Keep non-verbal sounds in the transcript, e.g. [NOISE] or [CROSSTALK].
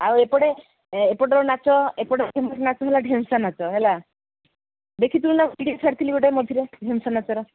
ଆଉ ଏପଟେ ଏପଟର ନାଚ ଏପଟର [UNINTELLIGIBLE] ନାଚ ହେଲା ଢେମ୍ସା ନାଚ ହେଲା ଦେଖିଥିଲୁ ନା [UNINTELLIGIBLE] ଗୋଟେ ଛାଡ଼ିଥିଲି ମଝିରେ ଢେମ୍ସା ନାଚର